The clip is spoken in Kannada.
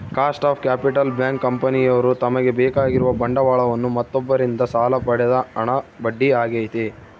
ಕಾಸ್ಟ್ ಆಫ್ ಕ್ಯಾಪಿಟಲ್ ಬ್ಯಾಂಕ್, ಕಂಪನಿಯವ್ರು ತಮಗೆ ಬೇಕಾಗಿರುವ ಬಂಡವಾಳವನ್ನು ಮತ್ತೊಬ್ಬರಿಂದ ಸಾಲ ಪಡೆದ ಹಣ ಬಡ್ಡಿ ಆಗೈತೆ